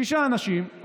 שישה אנשים.